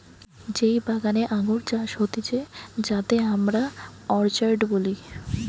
যেই বাগানে আঙ্গুর চাষ হতিছে যাতে আমরা অর্চার্ড বলি